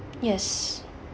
yes